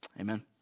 Amen